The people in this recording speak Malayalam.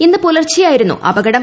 ഇന്ന് പുലർച്ചെയായിരുന്നു അപകടം